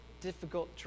difficult